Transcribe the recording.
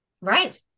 right